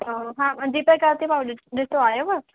हा हा मां जीपे कयांव थी मांव ॾिठो आयव